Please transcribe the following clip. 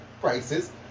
prices